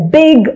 big